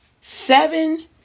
seven